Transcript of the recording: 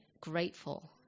grateful